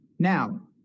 Now